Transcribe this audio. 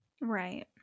Right